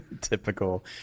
Typical